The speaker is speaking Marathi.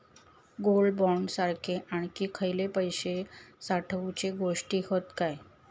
गोल्ड बॉण्ड सारखे आणखी खयले पैशे साठवूचे गोष्टी हत काय?